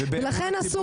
לכן אסור